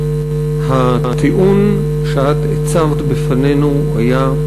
הטיעון שאת הצבת בפנינו היה,